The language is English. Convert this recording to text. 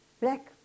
black